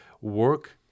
work